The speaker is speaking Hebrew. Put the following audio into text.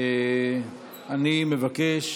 אני מבקש,